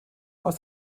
aus